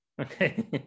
Okay